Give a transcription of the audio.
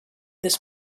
this